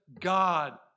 God